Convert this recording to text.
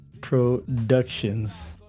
Productions